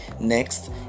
Next